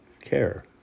care